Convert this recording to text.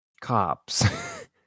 cops